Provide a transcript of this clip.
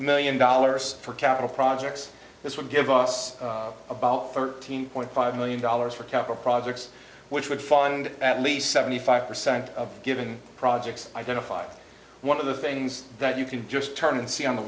million dollars for capital projects this would give us about thirteen point five million dollars for capital projects which would find at least seventy five percent of given projects identified one of the things that you can just turn and see on the